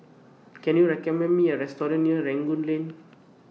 Can YOU recommend Me A Restaurant near Rangoon Lane